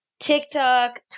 TikTok